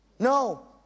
no